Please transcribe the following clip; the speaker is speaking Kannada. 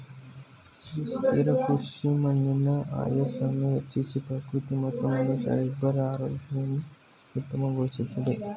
ಸುಸ್ಥಿರ ಕೃಷಿ ಮಣ್ಣಿನ ಆಯಸ್ಸನ್ನು ಹೆಚ್ಚಿಸಿ ಪ್ರಕೃತಿ ಮತ್ತು ಮನುಷ್ಯರ ಇಬ್ಬರ ಆರೋಗ್ಯವನ್ನು ಉತ್ತಮಗೊಳಿಸುತ್ತದೆ